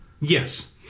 Yes